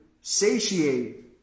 satiate